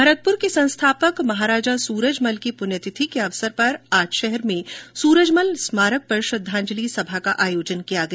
भरतपुर के संस्थापक महाराजा सूरजमल की पुण्य तिथि के अवसर पर आज शहर में सूरजमल स्मारक पर श्रद्वांजलि सभा का आयोजन किया गया